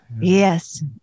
Yes